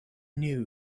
knew